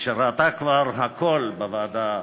שראתה כבר הכול בוועדה